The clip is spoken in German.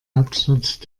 hauptstadt